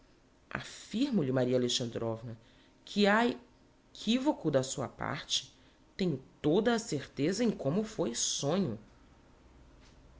mozgliakov afirmo lhe maria alexandrovna que ha equi voco da sua parte tenho toda a certeza em como foi sonho